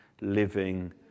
living